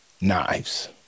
knives